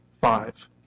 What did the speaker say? five